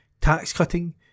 tax-cutting